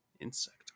Insect